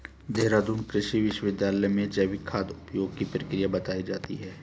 देहरादून कृषि विश्वविद्यालय में जैविक खाद उपयोग की प्रक्रिया बताई जाती है